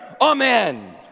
Amen